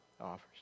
offers